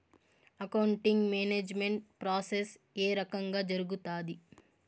accounting management process ఏ రకంగా జరుగుతాది